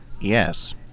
Yes